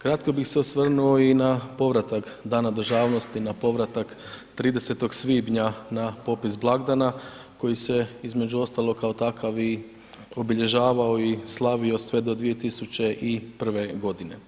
Kratko bi se osvrnuo i na povratak Dana državnosti, na povratak 30. svibnja na popis blagdana koji se između ostalog kao takav i obilježavao i slavio sve do 2001. godine.